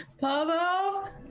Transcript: Pablo